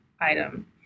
item